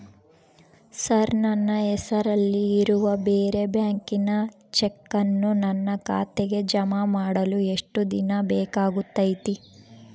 Sir ನನ್ನ ಹೆಸರಲ್ಲಿ ಇರುವ ಬೇರೆ ಬ್ಯಾಂಕಿನ ಚೆಕ್ಕನ್ನು ನನ್ನ ಖಾತೆಗೆ ಜಮಾ ಮಾಡಲು ಎಷ್ಟು ದಿನ ಬೇಕಾಗುತೈತಿ?